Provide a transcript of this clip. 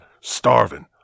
starving